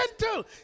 gentle